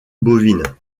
bovine